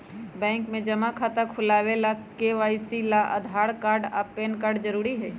bank में जमा खाता खुलावे ला के.वाइ.सी ला आधार कार्ड आ पैन कार्ड जरूरी हई